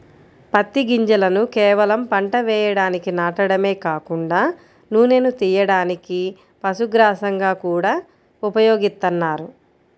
పత్తి గింజలను కేవలం పంట వేయడానికి నాటడమే కాకుండా నూనెను తియ్యడానికి, పశుగ్రాసంగా గూడా ఉపయోగిత్తన్నారు